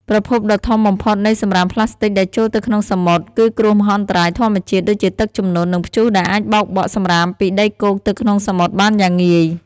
ប្រភពដ៏ធំបំផុតនៃសំរាមប្លាស្ទិកដែលចូលទៅក្នុងសមុទ្រ គឺគ្រោះមហន្តរាយធម្មជាតិ ដូចជាទឹកជំនន់ និងព្យុះដែលអាចបោកបក់សំរាមពីដីគោកទៅក្នុងសមុទ្របានយ៉ាងងាយ។